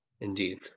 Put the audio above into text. indeed